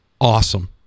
awesome